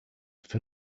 for